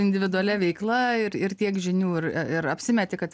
individualia veikla ir ir tiek žinių ir apsimeti kad